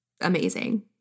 amazing